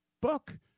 book